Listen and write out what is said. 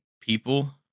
people